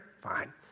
Fine